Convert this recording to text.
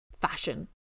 fashion